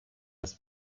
des